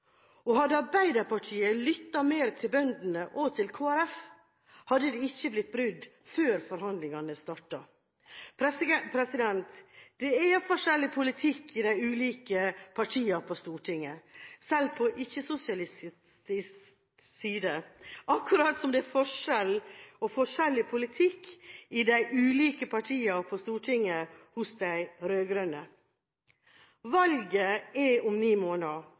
Hadde Arbeiderpartiet lyttet mer til bøndene og til Kristelig Folkeparti, hadde det ikke blitt brudd før forhandlingene startet. Det er forskjellig politikk i de ulike partiene på Stortinget, selv på ikke-sosialistisk side, akkurat som det er forskjellig politikk i de ulike partiene på Stortinget hos de rød-grønne. Valget er om ni måneder.